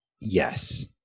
Yes